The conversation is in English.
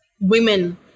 women